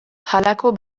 halako